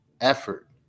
effort